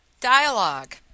dialogue